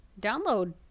download